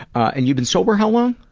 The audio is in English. and you've been sober how long?